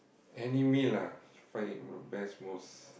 any meal ah you find it mo~ the best most